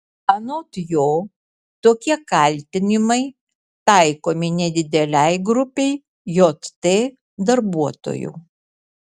anot jo tokie kaltinimai taikomi nedidelei grupei jt darbuotojų